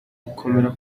gukomera